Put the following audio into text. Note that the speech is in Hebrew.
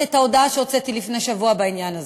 את ההודעה שהוצאתי לפני שבוע בעניין הזה.